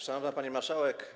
Szanowna Pani Marszałek!